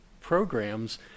programs